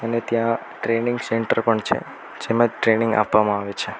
અને ત્યાં training centre પણ છે જેમાં ટ્રેનિંગ આપવામાં આવે છે